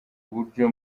buryo